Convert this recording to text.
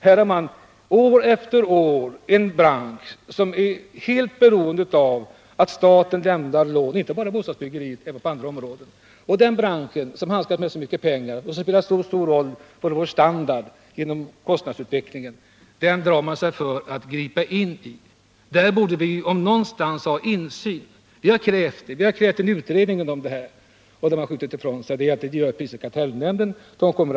Här finns en bransch som år efter år är helt beroende av att staten lämnar lån, inte bara till bostadsbyggande utan även på andra områden. Den branschen, som handskas med så mycket pengar och som spelar så stor roll för vår standard genom kostnadsutvecklingen, drar man sig för att gripa in i. Där borde vi om någonstans ha insyn. Från socialdemokratiskt håll krävde vi en utredning om detta, men de borgerliga har skjutit det kravet ifrån sig. Den utredningen gör prisoch kartellnämnden, säger man.